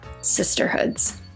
sisterhoods